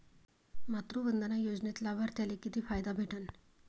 मातृवंदना योजनेत लाभार्थ्याले किती फायदा भेटन?